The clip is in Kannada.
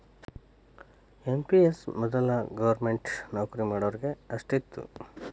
ಎನ್.ಪಿ.ಎಸ್ ಮೊದಲ ವೊದಲ ಗವರ್ನಮೆಂಟ್ ನೌಕರಿ ಮಾಡೋರಿಗೆ ಅಷ್ಟ ಇತ್ತು